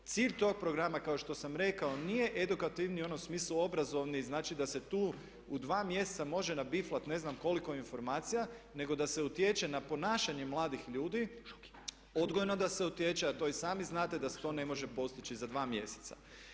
Cilj tog programa kao što sam rekao nije edukativni u onom smislu obrazovni, znači da se tu u dva mjeseca može nabiflat ne znam koliko informacija, nego da se utječe na ponašanje mladih ljudi, odgojno da se utječe, a to i sami znate da se to ne može postići za dva mjeseca.